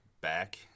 back